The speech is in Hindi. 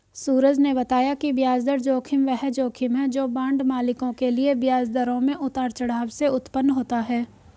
सूरज ने बताया कि ब्याज दर जोखिम वह जोखिम है जो बांड मालिकों के लिए ब्याज दरों में उतार चढ़ाव से उत्पन्न होता है